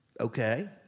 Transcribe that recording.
Okay